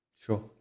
Sure